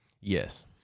Yes